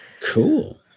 Cool